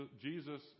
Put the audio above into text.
Jesus